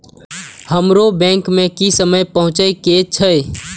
हमरो बैंक में की समय पहुँचे के छै?